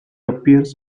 appears